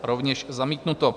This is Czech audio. Rovněž zamítnuto.